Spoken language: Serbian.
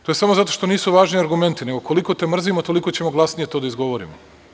To je samo zato što nisu važni argumenti nego koliko te mrzimo, toliko ćemo glasnije to da izgovorimo.